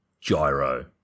Gyro